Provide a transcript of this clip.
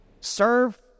Serve